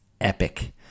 epic